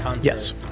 Yes